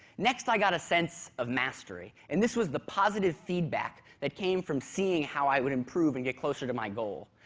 next i got a sense of mastery, and this was the positive feedback that came from seeing how i would improve and get closer to my goal.